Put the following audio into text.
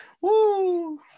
Woo